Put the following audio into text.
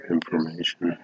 Information